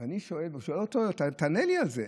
והוא שואל אותו: תענה לי על זה,